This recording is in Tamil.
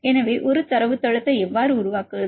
எனவே ஒரு தரவுத்தளத்தை எவ்வாறு உருவாக்குவது